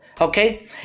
Okay